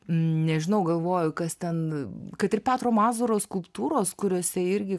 nežinau galvoju kas ten kad ir petro mazūro skulptūros kuriose irgi